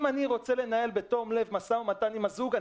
אם אני רוצה לנהל משא ומתן עם הזוג בתום לב,